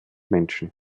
menschen